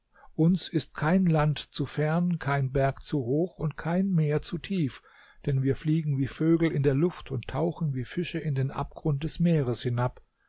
uns ist kein land zu fern kein berg zu hoch und kein meer zu tief denn wir fliegen wie vögel in der luft und tauchen wie fische in den abgrund des meeres hinab